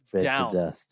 down